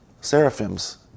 seraphims